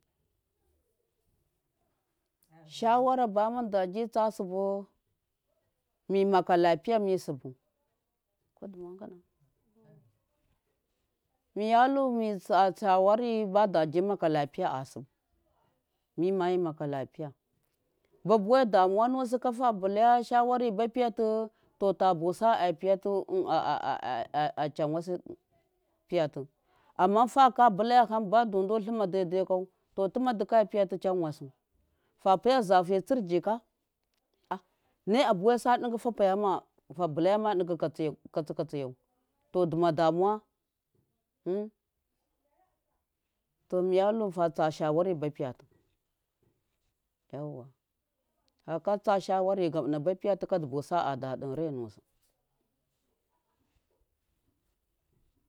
shawara ba mudabi tsa subu mi maka lapiya misubu miya lu mi tsa shawa bada bi maka lapiya asim mima mimaka lapiya ba buwai da muwa nusi ka fa bilaya shawari ba piti to ta busa a piyatu achanwasi piyati amma faka bulaya hambadu du lumma daidai to tuma dika piyati cham wasu fapaya zati tsir jika ah ne a buwai sa digi fa payama fabulaya ɗugu kati tsi katsi yau to duma damuwa to miyalu fa tsa shawara ba piyati yauwa faka shawari gabuna bapiyati dubusa da ɗirai nusu.